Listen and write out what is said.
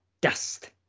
dust